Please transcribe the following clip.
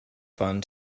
fund